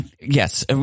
Yes